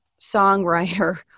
songwriter